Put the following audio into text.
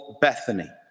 Bethany